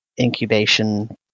incubation